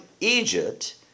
Egypt